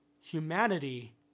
humanity